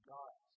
God